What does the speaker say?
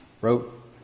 wrote